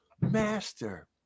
master